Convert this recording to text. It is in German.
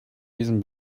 diesem